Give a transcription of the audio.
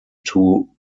two